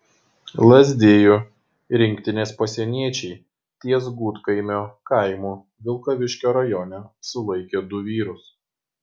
lazdijų rinktinės pasieniečiai ties gudkaimio kaimu vilkaviškio rajone sulaikė du vyrus